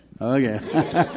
Okay